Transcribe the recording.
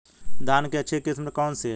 धान की अच्छी किस्म कौन सी है?